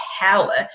power